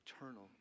eternal